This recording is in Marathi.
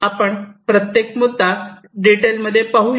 आपण प्रत्येक मुद्दा डिटेलमध्ये पाहू